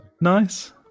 Nice